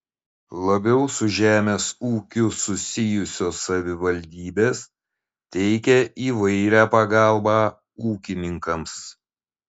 labiau su žemės ūkiu susijusios savivaldybės teikia įvairią pagalbą ūkininkams